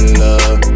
love